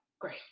Great